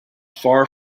far